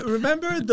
Remember